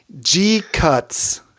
G-cuts